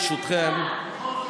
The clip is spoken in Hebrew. ברשותכם,